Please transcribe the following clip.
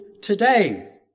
today